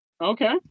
Okay